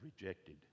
rejected